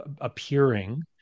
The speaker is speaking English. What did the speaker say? appearing